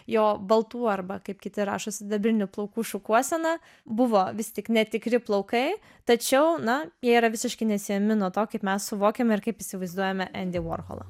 jo baltų arba kaip kiti rašo sidabrinių plaukų šukuosena buvo vis tik netikri plaukai tačiau na jie yra visiškai nesiejami nuo to kaip mes suvokiame ir kaip įsivaizduojame endį vorholą